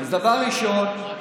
דבר ראשון,